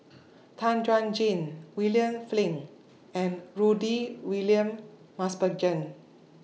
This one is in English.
Tan Chuan Jin William Flint and Rudy William Mosbergen